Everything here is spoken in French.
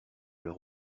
leur